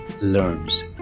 learns